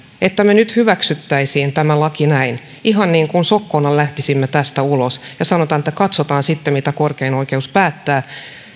että me nyt hyväksyisimme tämän lain näin ihan niin kuin sokkona lähtisimme tästä ulos ja sanotaan että katsotaan sitten mitä korkein oikeus päättää